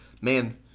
man